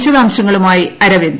വിശദാംശങ്ങളുമായി അരവിന്ദ്